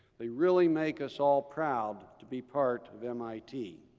they really make us all proud to be part of mit.